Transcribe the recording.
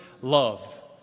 love